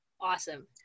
Awesome